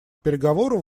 переговоров